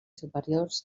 superiors